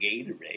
Gatorade